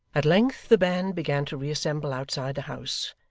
at length the band began to reassemble outside the house,